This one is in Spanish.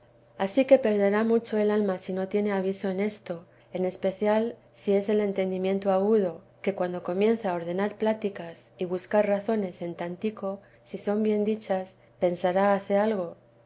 ansí que perderá mucho el alma si no tiene aviso en esto en especial si es el entendimiento agudo que cuando comienza a ordenar pláticas y buscar razones en tantico si son bien dichas pensará hace algo